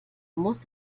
muss